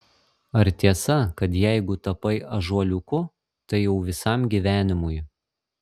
ar tiesa kad jeigu tapai ąžuoliuku tai jau visam gyvenimui